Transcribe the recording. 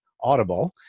Audible